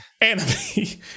Enemy